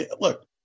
look